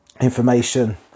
information